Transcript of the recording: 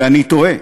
ואני תוהה,